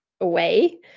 away